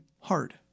hard